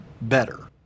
better